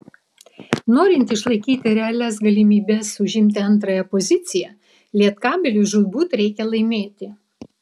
norint išlaikyti realias galimybes užimti antrąją poziciją lietkabeliui žūtbūt reikia laimėti